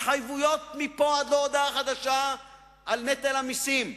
התחייבויות מכאן ועד להודעה חדשה על נטל המסים,